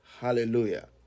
Hallelujah